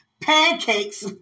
pancakes